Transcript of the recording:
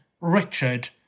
Richard